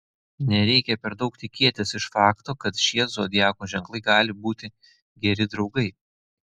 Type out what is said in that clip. nereikia per daug tikėtis iš fakto kad šie zodiako ženklai gali būti geri draugai